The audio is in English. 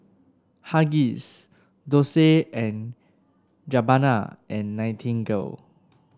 Huggies Dolce and Gabbana and Nightingale